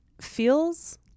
feels